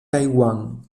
taiwán